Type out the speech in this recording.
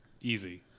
easy